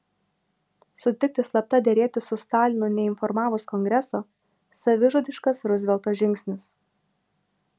sutikti slapta derėtis su stalinu neinformavus kongreso savižudiškas ruzvelto žingsnis